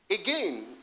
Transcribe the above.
again